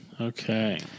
Okay